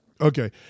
Okay